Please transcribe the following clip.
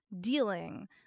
dealing